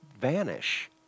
vanish